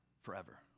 forever